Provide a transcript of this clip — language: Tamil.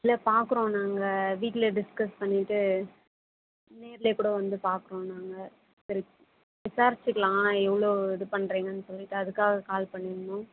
இல்லை பார்க்குறோம் நாங்கள் வீட்டில் டிஸ்கஸ் பண்ணிவிட்டு நேர்லேயே கூட வந்து பார்க்குறோம் நாங்கள் சரி விசாரிச்சுக்கலாம் எவ்வளோ இது பண்ணுறீங்கன்னு சொல்லிட்டு அதுக்காக கால் பண்ணிணோம்